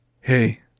hey